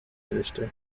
minister